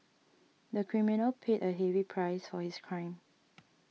the criminal paid a heavy price for his crime